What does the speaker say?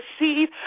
receive